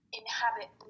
inhabit